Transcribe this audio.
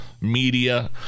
media